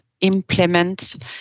implement